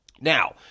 Now